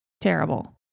terrible